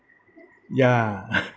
ya